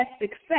success